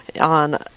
on